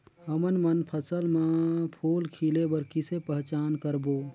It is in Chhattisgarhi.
हमन मन फसल म फूल खिले बर किसे पहचान करबो?